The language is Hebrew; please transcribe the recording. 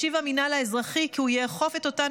השיב המינהל האזרחי כי הוא יאכוף את אותן